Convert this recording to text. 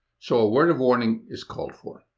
so a word of warning is called for.